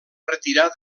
retirar